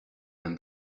and